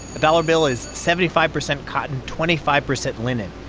a dollar bill is seventy five percent cotton, twenty five percent linen.